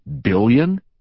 billion